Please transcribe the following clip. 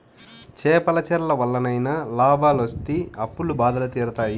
చేపల చెర్ల వల్లనైనా లాభాలొస్తి అప్పుల బాధలు తీరుతాయి